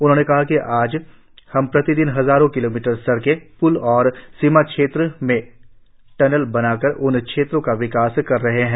उन्होंने कहा कि आज हम प्रतिदिन हजारों किलोमीटर सडकें प्ल और सीमा क्षेत्र में टनल बनाकर उन क्षेत्रों का विकास कर रहे हैं